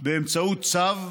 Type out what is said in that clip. באמצעות צו,